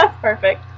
Perfect